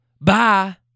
bye